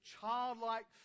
childlike